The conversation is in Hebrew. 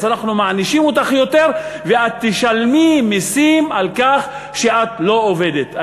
אז אנחנו מענישים אותך יותר ואת תשלמי מסים על כך שאת לא עובדת.